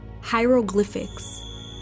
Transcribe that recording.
Hieroglyphics